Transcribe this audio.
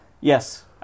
Yes